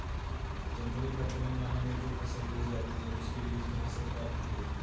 जनवरी फरवरी माह में जो फसल बोई जाती है उसके बीज कहाँ से प्राप्त होंगे?